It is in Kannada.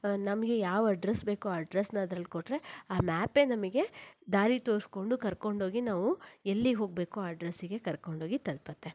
ನಮಗೆ ಯಾವ ಅಡ್ರೆಸ್ ಬೇಕೋ ಆ ಅಡ್ರೆಸ್ಸನ್ನು ಅದರಲ್ಲಿ ಕೊಟ್ಟರೆ ಆ ಮ್ಯಾಪೇ ನಮಗೆ ದಾರಿ ತೋರಿಸಿಕೊಂಡು ಕರ್ಕೊಂಡೋಗಿ ನಾವು ಎಲ್ಲಿ ಹೋಗಬೇಕೋ ಆ ಅಡ್ರೆಸ್ಸಿಗೆ ಕರ್ಕೊಂಡು ಹೋಗಿ ತಲುಪತ್ತೆ